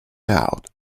out